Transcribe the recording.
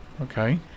Okay